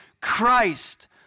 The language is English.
Christ